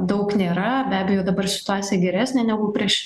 daug nėra be abejo dabar situacija geresnė negu prieš